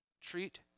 Treat